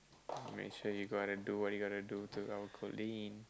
make sure you're gonna do what you're gonna do to our Coleen